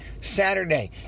Saturday